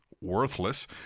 worthless